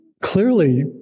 clearly